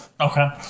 okay